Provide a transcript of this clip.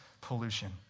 pollution